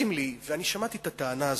ואני שמעתי את הטענה הזאת,